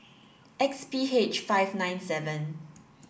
X P H five nine seven